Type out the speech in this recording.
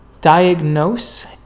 diagnose